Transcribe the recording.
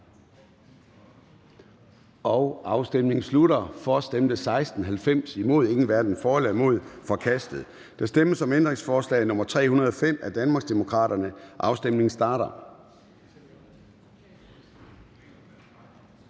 hverken for eller imod stemte 0. Ændringsforslaget er forkastet. Der stemmes om ændringsforslag nr. 305 af Danmarksdemokraterne. Afstemningen starter.